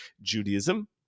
Judaism